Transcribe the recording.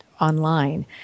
online